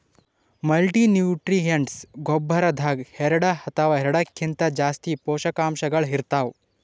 multinutrients ಗೊಬ್ಬರದಾಗ್ ಎರಡ ಅಥವಾ ಎರಡಕ್ಕಿಂತಾ ಜಾಸ್ತಿ ಪೋಷಕಾಂಶಗಳ್ ಇರ್ತವ್